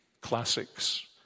classics